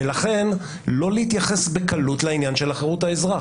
לכן לא להתייחס בקלות לעניין של חירות האזרח